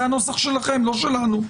זה הנוסח שלכם לא שלנו.